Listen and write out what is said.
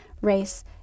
race